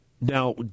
Now